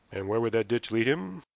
and where would that ditch lead him?